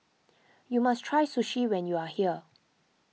you must try sushi when you are here